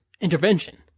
intervention